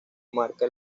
marca